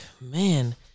man